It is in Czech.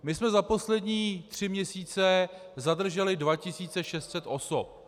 My jsme za poslední tři měsíce zadrželi 2 600 osob.